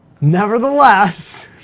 nevertheless